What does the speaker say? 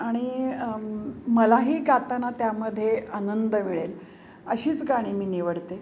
आणि मलाही गाताना त्यामध्ये आनंद मिळेल अशीच गाणी मी निवडते